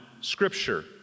Scripture